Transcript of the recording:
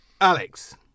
Alex